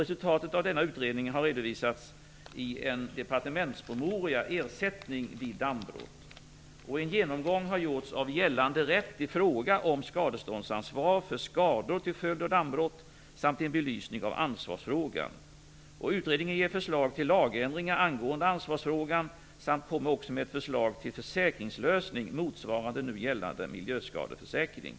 Resultatet av denna utredning har redovisats i en departementspromemoria, Ersättning vid dammbrott. Det har gjorts en genomgång av gällande rätt i fråga om skadeståndsansvar för skador till följd av dammbrott samt en belysning av ansvarsfrågan. Utredningen ger förslag till lagändringar angående ansvarsfrågan samt förslag till försäkringslösning motsvarande nu gällande miljöskadeförsäkring.